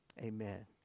Amen